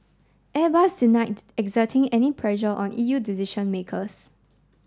airbus denied exerting any pressure on E U decision makers